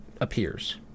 appears